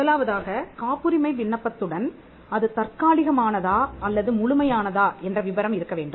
முதலாவதாக காப்புரிமை விண்ணப்பத்துடன் அது தற்காலிகமானதா அல்லது முழுமையானதா என்ற விபரம் இருக்க வேண்டும்